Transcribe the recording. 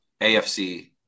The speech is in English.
AFC